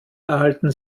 erhalten